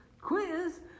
quiz